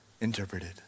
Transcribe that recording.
interpreted